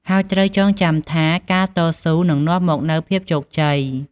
ហើយត្រូវចងចាំថា ការតស៊ូនឹងនាំមកនូវភាពជោគជ័យ។